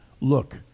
look